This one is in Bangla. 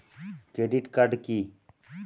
ক্রেডিট কার্ড কি?